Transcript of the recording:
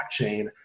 blockchain